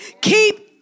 Keep